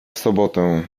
sobotę